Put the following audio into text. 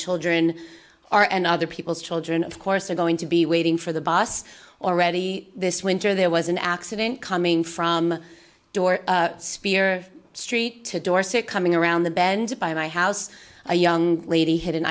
children are and other people's children of course are going to be waiting for the bus already this winter there was an accident coming from door spear street to dorset coming around the bend by my house a young lady had an